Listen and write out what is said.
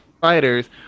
fighters